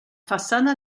façana